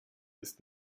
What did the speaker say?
ist